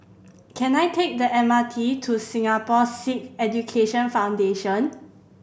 can I take the M R T to Singapore Sikh Education Foundation